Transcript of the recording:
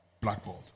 Blackballed